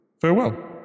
farewell